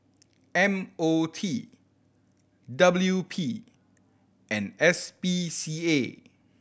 M O T W P and S P C A